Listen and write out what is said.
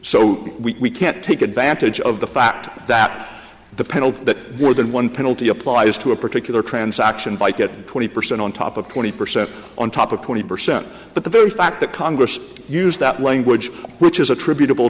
so we can't take advantage of the fact that the penalty that more than one penalty applies to a particular transaction by get twenty percent on top of twenty percent on top of twenty percent but the very fact that congress used that language which is attributable